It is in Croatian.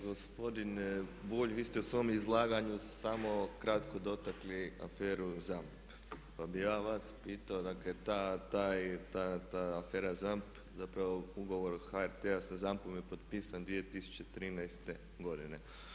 Gospodine Bulj, vi ste u svom izlaganju samo kratko dotakli aferu ZAMP pa bi ja vas pitao dakle, ta afera ZAMP, dakle ugovor HRT-a sa ZAMP-om je potpisan 2013.godine.